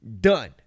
done